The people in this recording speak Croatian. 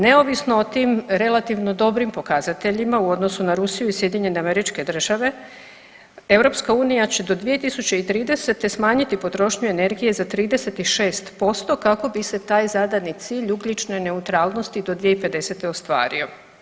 Neovisno o tim relativno dobrim pokazateljima, u odnosu na Rusiju i SAD, EU će do 2030. smanjiti potrošnju energije za 36% kako bi se taj zadani cilj ugljične neutralnosti do 2050. ostvario.